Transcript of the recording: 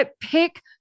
pick